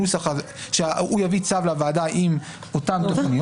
והוא יביא צו לוועדה מאותן תכניות.